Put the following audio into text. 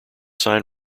sign